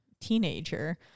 teenager